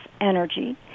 energy